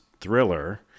thriller